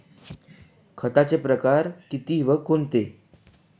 खताचे प्रकार किती व कोणते?